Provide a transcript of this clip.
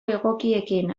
egokiekin